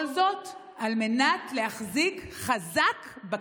כל זאת, על מנת להחזיק חזק בכיסא.